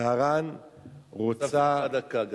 טהרן רוצה, הוספתי לך דקה גם.